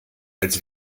als